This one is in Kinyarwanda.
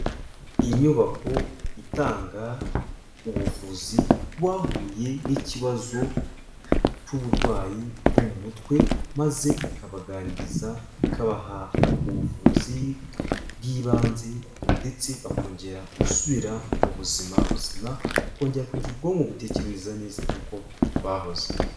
Inyubako itanga ubuvuzi ku bahuye n'ikibazo cy'uburwayi bwo mu mutwe, maze ikabaganiriza, ikabaha ubuvuzi bw'ibanze ndetse bakongera gusubira mu buzima buzima, bakongera kugira ubwonko butekereza neza nk'uko bahoze.